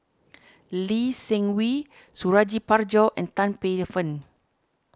Lee Seng Wee Suradi Parjo and Tan Paey Fern